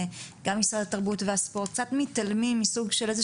גם משרד התרבות והספורט קצת מתעלמים מסוג של איזו